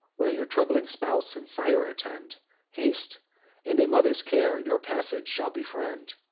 where your trembling spouse and sire attend haste and a mother's care your passage shall befriend